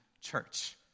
Church